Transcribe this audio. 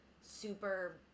super